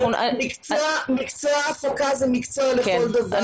מקצוע הפקה הוא מקצוע לכל דבר.